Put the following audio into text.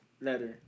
letter